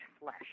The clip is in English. flesh